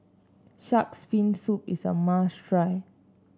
shark's fin soup is a must try